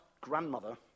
grandmother